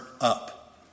up